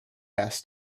asked